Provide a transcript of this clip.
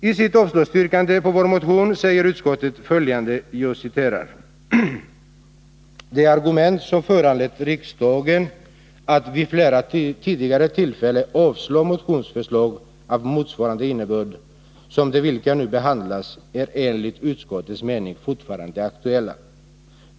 I sitt avslagsyrkande på vår motion säger utskottet följande: ”De argument som föranlett riksdagen att vid flera tidigare tillfällen avslå 29 motionsförslag av motsvarande innebörd som de vilka nu behandlas är enligt utskottets mening fortfarande aktuella.